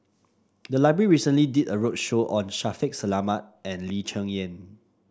the library recently did a roadshow on Shaffiq Selamat and Lee Cheng Yan